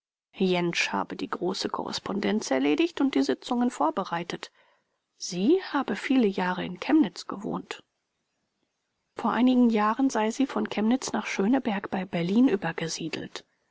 jentsch habe die große korrespondenz erledigt und die sitzungen vorbereitet bereitet sie habe viele jahre in chemnitz gewohnt vor einigen jahren sei sie von chemnitz nach schöneberg bei berlin übergesiedelt